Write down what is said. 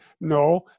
no